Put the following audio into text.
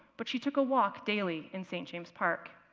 but she took a walk daily in st. james park.